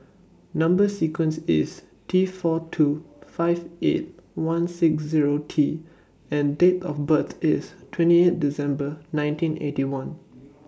Number sequence IS T four two five eight one six Zero T and Date of birth IS twenty eight December nineteen Eighty One